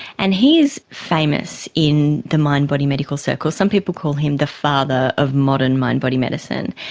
and he is famous in the mind body medical circle, some people call him the father of modern mind body medicine.